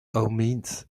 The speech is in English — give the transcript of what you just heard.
omens